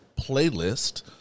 Playlist